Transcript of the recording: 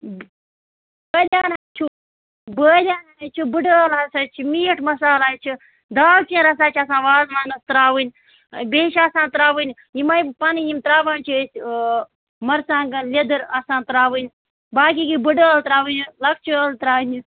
بٲدیٛان حظ چھُو بٲدِیان حظ چھُ بُڈٕ ٲل ہسا چھِ میٖٹ مَسال حظ چھُ دال چیٖن ہسا چھِ آسان وازوانَس ترٛاوٕنۍ بیٚیہِ چھِ آسان ترٛاوٕنۍ یِمے پَنٕنۍ یِم ترٛاوان چھِ أسۍ مَرژٕوانٛگَن لیٚدٕر آسان ترٛاوٕنۍ باقٕے یہِ بُڈٕ ٲل ترٛاوٕنۍ یہِ لۅکچہٕ ٲل ترٛاونہِ